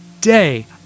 day